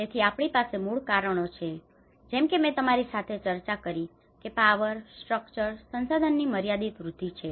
તેથી આપણી પાસે મૂળ કારણો છે જેમ કે મેં તમારી સાથે ચર્ચા કરી છે કે પાવર સ્ટ્રક્ચર સંસાધનોની મર્યાદિત વૃદ્ધિ છે